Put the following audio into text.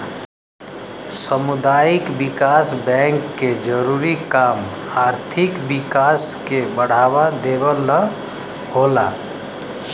सामुदायिक विकास बैंक के जरूरी काम आर्थिक विकास के बढ़ावा देवल होला